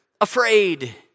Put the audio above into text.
afraid